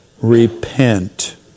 repent